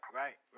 right